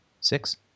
six